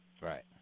Right